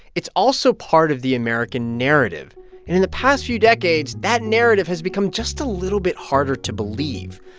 it's also part of the american narrative. and in the past few decades, that narrative has become just a little bit harder to believe.